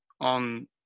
on